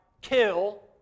kill